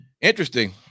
Interesting